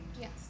Yes